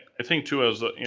i think too, as the